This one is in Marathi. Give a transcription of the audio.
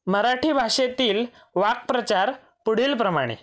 मराठी भाषेतील वाक्प्रचार पुढील प्रमाणे